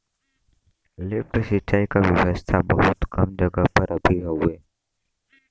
lift सिंचाई क व्यवस्था बहुत कम जगह पर अभी हउवे